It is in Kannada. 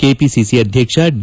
ಕೆಪಿಸಿಸಿ ಅಧ್ಯಕ್ಷ ಡಿ